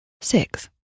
six